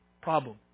Problem